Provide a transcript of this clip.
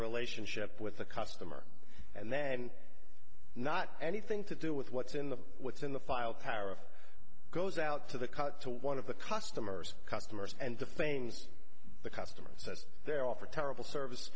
relationship with the customer and then not anything to do with what's in the what's in the file power goes out to the cut to one of the customers customers and the things the customer says they're offer terrible service